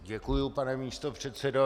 Děkuji, pane místopředsedo.